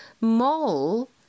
mole